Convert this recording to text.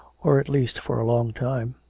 or at least for a long time.